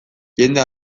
jende